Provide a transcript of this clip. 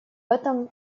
этом